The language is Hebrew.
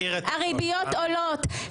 הריביות עולות.